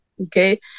Okay